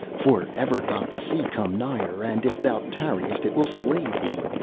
for ever doth the sea come nigher, and if thou tarriest it will slay thee.